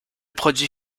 produit